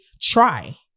try